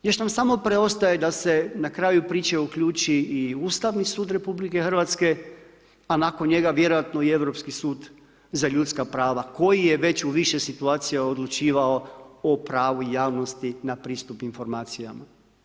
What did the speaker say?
Još nam samo preostaje da se na kraju priče uključi i Ustavni sud RH a nakon njega vjerojatno i Europski sud za ljudska prava koji je već u više situacija odlučivao o pravu javnosti na pristup informacijama.